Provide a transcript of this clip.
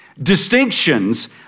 Distinctions